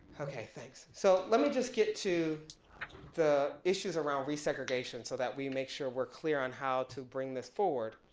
okay, thanks. so let me just get to the issues around resegregation so that we make sure we're clear on how to bring this forward.